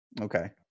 Okay